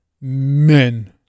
Men